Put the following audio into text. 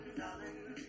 darling